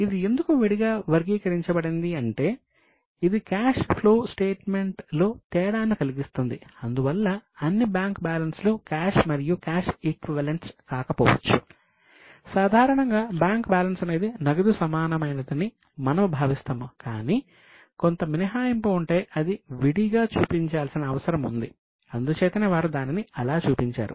ఇది ఎందుకు విడిగా వర్గీకరించబడింది అంటే ఇది క్యాష్ ఫ్లో స్టేట్మెంట్ మనము భావిస్తాము కానీ కొంత మినహాయింపు ఉంటే అది విడిగా చూపించాల్సిన అవసరం ఉంది అందుచేతనే వారు దానిని అలా చూపించారు